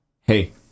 Hey